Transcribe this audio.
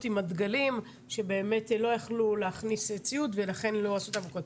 עם הדגלים שבאמת לא יכלו להכניס ציוד ולכן לא עשו את האבוקות.